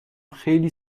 خیلی